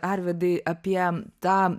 arvydai tą